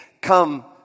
come